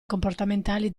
comportamentali